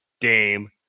Dame